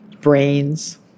Brains